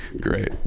great